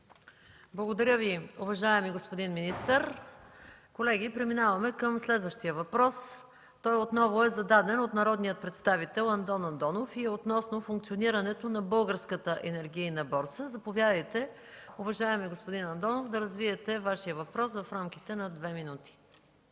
Благодаря Ви, уважаеми господин министър. Колеги, преминаваме към следващия въпрос. Той отново е зададен от народния представител Андон Андонов и е относно функционирането на Българската енергийна борса. Заповядайте, уважаеми господин Андонов, да развиете Вашия въпрос. АНДОН АНДОНОВ